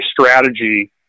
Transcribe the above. strategy